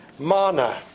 Mana